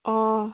অঁ